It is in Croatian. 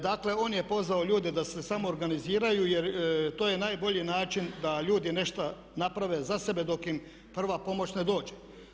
Dakle, on je pozvao ljude da se samo organiziraju jer to je najbolji način da ljudi nešto naprave za sebe dok im prva pomoć ne dođe.